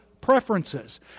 preferences